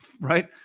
right